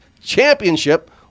championship